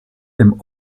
dem